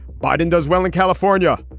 biden does well in california.